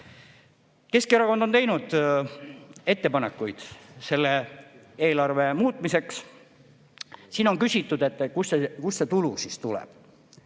Keskerakond on teinud ettepanekuid selle eelarve muutmiseks. Siin on küsitud, et kust see tulu siis tuleb.